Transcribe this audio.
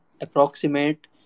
approximate